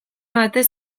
batez